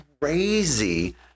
crazy